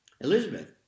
Elizabeth